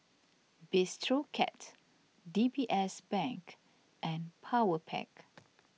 Bistro Cat D B S Bank and Powerpac